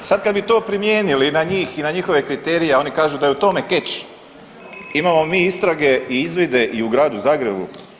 Sad kad bi to primijenili na njih i na njihove kriterije, a oni kažu da je u tome keč, imamo mi istrage i izvide i u gradu Zagrebu.